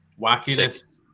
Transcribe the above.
wackiness